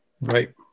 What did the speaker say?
Right